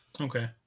Okay